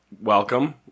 Welcome